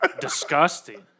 disgusting